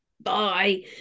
bye